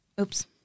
Oops